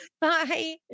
Bye